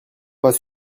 pas